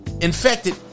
Infected